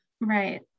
Right